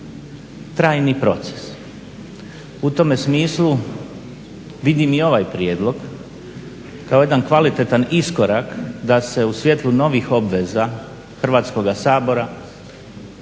trajni proces. U tome smislu vidim i ovaj prijedlog kao jedan kvalitetan iskorak da se u svjetlu novih obveza Hrvatskoga sabora